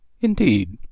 Indeed